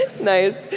Nice